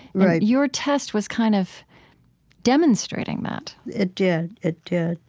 your test was kind of demonstrating that it did, it did.